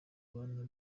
bantu